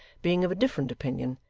being of a different opinion,